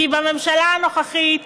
כי בממשלה הנוכחית,